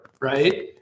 right